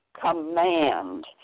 command